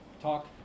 talk